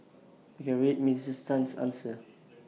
you can read Minister Tan's answer